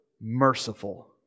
Merciful